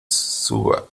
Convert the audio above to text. suba